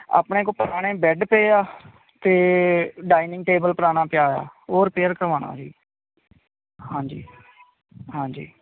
ਆਪਣੇ ਕੋਲ ਪੁਰਾਣੇ ਬੈਡ ਪਏ ਆ ਅਤੇ ਡਾਇਨਿੰਗ ਟੇਬਲ ਪੁਰਾਣਾ ਪਿਆ ਹੋਇਆ ਉਹ ਰਿਪੇਅਰ ਕਰਵਾਉਣਾ ਸੀ ਹਾਂਜੀ ਹਾਂਜੀ